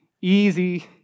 Easy